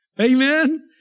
Amen